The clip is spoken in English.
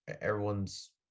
Everyone's